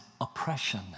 oppression